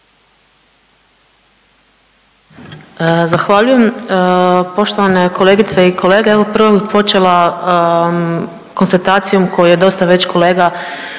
Zahvaljujem. Poštovane kolegice i kolege, evo prvo bih počela konstatacijom koju je dosta već kolega